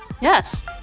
Yes